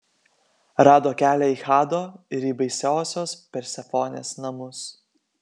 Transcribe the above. rado kelią į hado ir į baisiosios persefonės namus